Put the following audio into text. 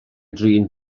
drin